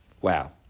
Wow